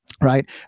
right